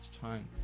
time